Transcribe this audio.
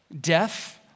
death